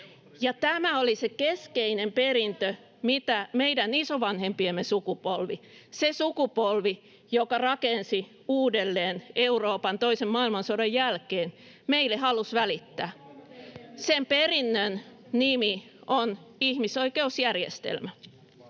Tämä oli se keskeinen perintö, minkä meidän isovanhempiemme sukupolvi, se sukupolvi, joka rakensi uudelleen Euroopan toisen maailmansodan jälkeen, meille halusi välittää. Sen perinnön nimi on ihmisoikeusjärjestelmä.